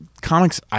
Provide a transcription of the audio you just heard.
Comics